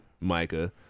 Micah